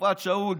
בתקופת שאול,